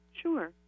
Sure